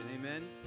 Amen